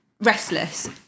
restless